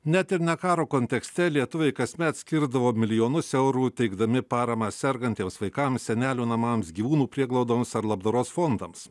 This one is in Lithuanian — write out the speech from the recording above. net ir ne karo kontekste lietuviai kasmet skirdavo milijonus eurų teikdami paramą sergantiems vaikams senelių namams gyvūnų prieglaudoms ar labdaros fondams